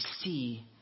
see